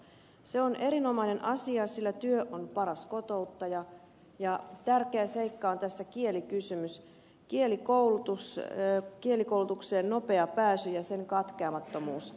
se on erinomainen asia sillä työ on paras kotouttaja ja tärkeä seikka tässä on kielikysymys kielikoulutus kielikoulutukseen nopea pääsy ja sen katkeamattomuus